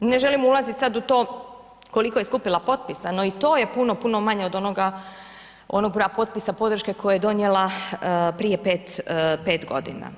Ne želim ulazit sad u to koliko je skupila potpisa, no i to je puno, puno manje od onoga broja potpisa podrške koji je donijela prije 5 godina.